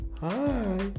Hi